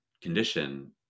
condition